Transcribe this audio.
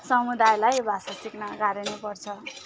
समुदायलाई भाषा सिक्न गाह्रो नै पर्छ